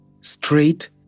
straight